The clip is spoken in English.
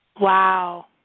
Wow